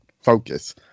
focus